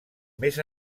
més